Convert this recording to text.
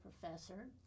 professor